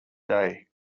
day